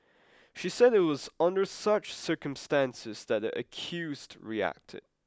she said it was under such circumstances that the accused reacted